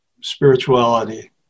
spirituality